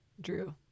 Drew